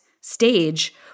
stage